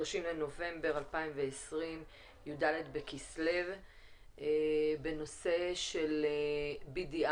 היום ה-30 לנובמבר 2020, י"ד בכסלו, בנושא BDI